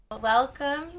Welcome